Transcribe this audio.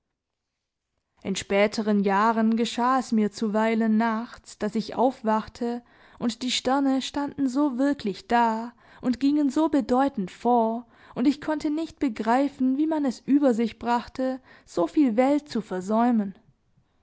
in späteren jahren geschah es mir zuweilen nachts daß ich aufwachte und die sterne standen so wirklich da und gingen so bedeutend vor und ich konnte nicht begreifen wie man es über sich brachte so viel welt zu versäumen